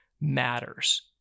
matters